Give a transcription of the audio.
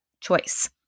choice